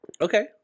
Okay